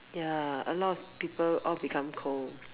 ya a lot of people all become cold